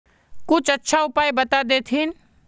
कुछ अच्छा उपाय बता देतहिन?